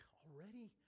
already